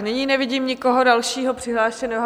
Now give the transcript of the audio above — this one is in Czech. Nyní nevidím nikoho dalšího přihlášeného.